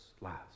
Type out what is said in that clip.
last